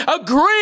agree